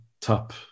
top